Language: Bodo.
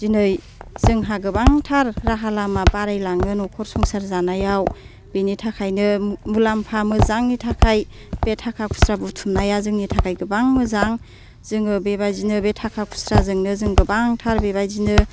दिनै जोंहा गोबांथार राहा लामा बारायलाङो न'खर संसार जानायाव बिनि थाखायनो मुलाम्फा मोजांनि थाखाय बे थाखा खुस्रा बुथुमनाया जोंनि थाखाय गोबां मोजां जोङो बेबादिनो बे थाखा खुस्राजोंनो जों गोबांथार बेबादिनो